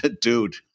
dude